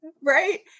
right